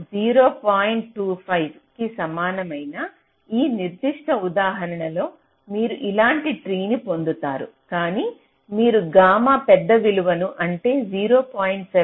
25 కి సమానమైన ఈ నిర్దిష్ట ఉదాహరణలో మీరు ఇలాంటి ట్రీ ను పొందుతారు కాని మీరు గామా పెద్ద విలువను అంటే 0